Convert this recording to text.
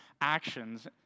actions